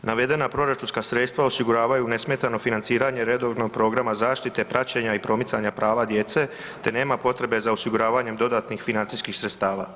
Navedena proračunska sredstva osiguravaju nesmetano financiranje redovnog programa zaštite, praćenja i promicanje prava djece te nema potrebe za osiguravanjem dodatnih financijskih sredstava.